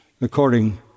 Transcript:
according